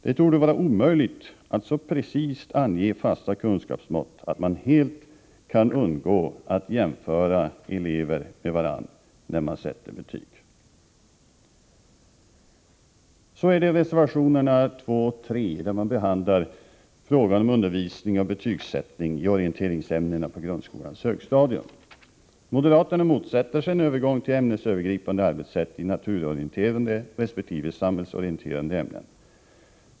Det torde vara omöjligt att så precist ange fasta kunskapsmått att man helt kan undgå att jämföra elever med varandra när man sätter betyg. I reservationerna 2 och 3 behandlas frågan om undervisning och betygsättning i orienteringsämnena på grundskolans högstadium. Moderaterna motsätter sig en övergång till ämnesövergripande arbetssätt i naturorienterande resp. samhällsorienterande ämnen.